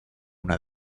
una